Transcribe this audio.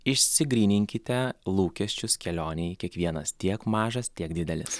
išsigryninkite lūkesčius kelionėje kiekvienas tiek mažas tiek didelis